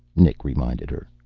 nick reminded her.